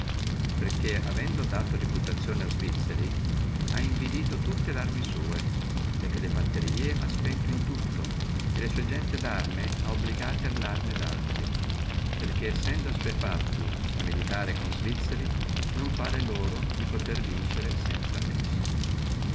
perché avendo dato reputazione a svizzeri ha invilito tutte larme sua perché le fanterie ha spento e le sua gente darme ha obligato alle arme daltri perché sendo assuefatte a militare con svizzeri non par loro di potere vincere sanza essi